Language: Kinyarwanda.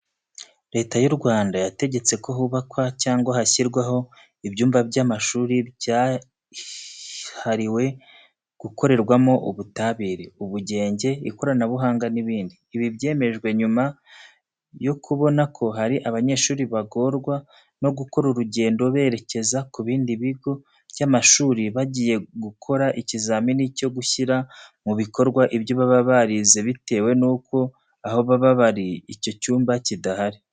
Leta y'u Rwanda yategetse ko hubakwa cyangwa hashyirwaho ibyumba by'amashuri byahariwe gukorerwamo ubutabire, ubugenge, ikoranabuhanga n'ibindi. Ibi byemejwe nyuma yo kubona ko hari abanyeshuri bagorwa no gukora urugendo berekeza ku bindi bigo by'amashuri bagiye gukora ikizamini cyo gushyira mu bikorwa ibyo baba birize bitewe nuko aho baba bari icyo cyumba kidahari.